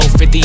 50